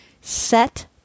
set